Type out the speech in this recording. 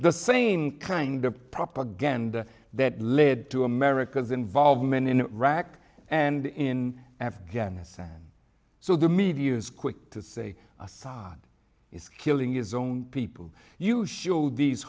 the same kind of propaganda that led to america's involvement in iraq and in afghanistan so the media is quick to say assad is killing his own people you show these